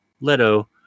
Leto